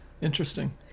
Interesting